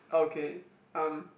okay I'm